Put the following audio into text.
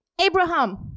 Abraham